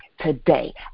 today